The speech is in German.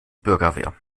bürgerwehr